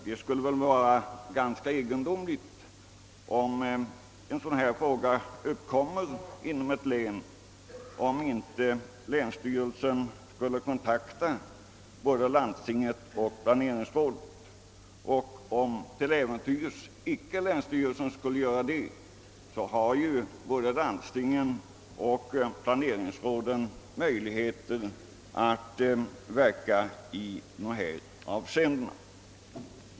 Det skulle vara ganska egendomligt — om en sådan fråga uppkommer inom ett län — ifall inte länstyrelsen skulle kontakta både landstinget och planeringsrådet. Om länsstyrelsen till äventyrs icke skulle göra det har både landstinget och planeringsrådet ändå möjligheter att verka i dessa avseenden.